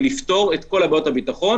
לפתור את כל בעיות הביטחון